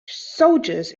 soldiers